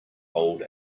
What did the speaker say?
old